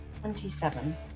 Twenty-seven